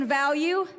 value